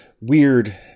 weird